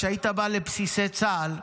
כשהיית בא לבסיסי צה"ל,